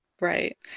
right